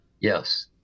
Yes